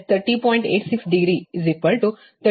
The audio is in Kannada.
12 30